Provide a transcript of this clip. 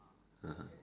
(uh huh)